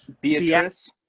Beatrice